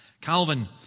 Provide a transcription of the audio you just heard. Calvin